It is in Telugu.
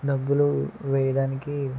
డబ్బులు వేయడానికి